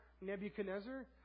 Nebuchadnezzar